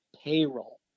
payroll